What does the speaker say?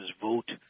vote